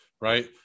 right